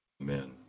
Amen